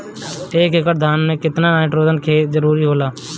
एक एकड़ धान मे केतना नाइट्रोजन के जरूरी होला?